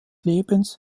lebens